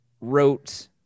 wrote